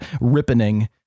ripening